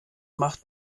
macht